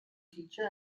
teacher